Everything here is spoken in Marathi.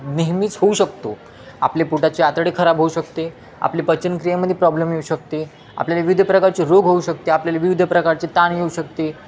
नेहमीच होऊ शकतो आपले पोटाची आतडी खराब होऊ शकते आपले पचनक्रियेमध्ये प्रॉब्लेम येऊ शकते आपल्याला विविध प्रकारचे रोग होऊ शकते आपल्याला विविध प्रकारचे ताण येऊ शकते